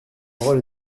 parole